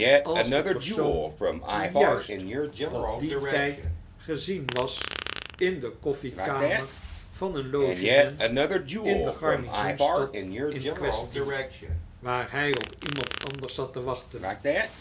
als de persoon die juist op dien tjjd gezien was in de koffiekamer van een logement in de garnizoensstad in quaestie waar hij op iemand anders zat te wachten